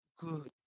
good